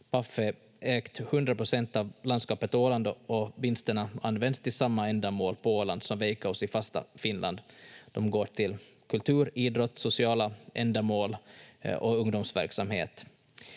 100 procent av landskapet Åland och vinsterna används till samma ändamål på Åland som Veikkaus i fasta Finland. De går till kultur, idrott, sociala ändamål och ungdomsverksamhet.